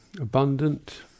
abundant